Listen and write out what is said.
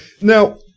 now